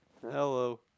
Hello